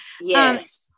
Yes